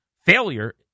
failure